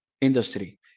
industry